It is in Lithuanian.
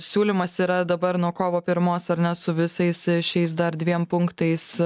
siūlymas yra dabar nuo kovo pirmos ar ne su visais šiais dar dviem punktais